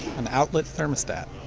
an outlet thermostat.